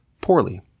poorly